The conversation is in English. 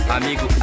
amigo